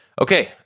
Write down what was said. Okay